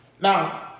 Now